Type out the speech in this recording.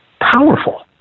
powerful